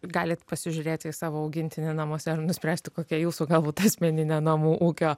galit pasižiūrėt į savo augintinį namuose ar nuspręsti kokia jūsų galbūt asmeninė namų ūkio